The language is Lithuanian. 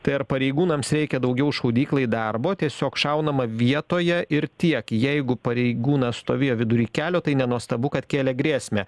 tai ar pareigūnams reikia daugiau šaudyklai darbo tiesiog šaunama vietoje ir tiek jeigu pareigūnas stovėjo vidury kelio tai nenuostabu kad kėlė grėsmę